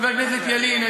חבר הכנסת ילין,